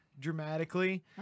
dramatically